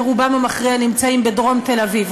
ורובם המכריע נמצאים בדרום תל-אביב,